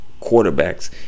quarterbacks